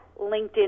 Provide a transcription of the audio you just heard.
LinkedIn